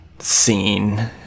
scene